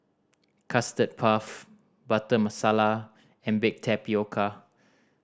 Custard Puff Butter Masala and baked tapioca